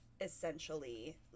essentially